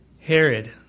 Herod